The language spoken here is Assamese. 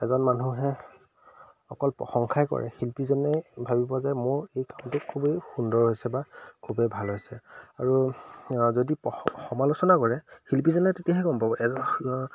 এজন মানুহে অকল প্ৰশংসাই কৰে শিল্পীজনে ভাবিব যে মোৰ এই কামটো খুবেই সুন্দৰ হৈছে বা খুবেই ভাল হৈছে আৰু যদি সমালোচনা কৰে শিল্পীজনে তেতিয়াহে গম পাব এজন